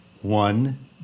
one